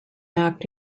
act